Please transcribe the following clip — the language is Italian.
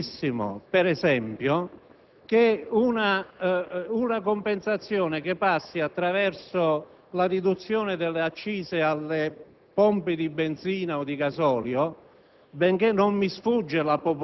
Infatti, non sono del tutto certo, per esempio, che una compensazione passante attraverso la riduzione delle accise alle pompe di benzina o di gasolio